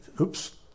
Oops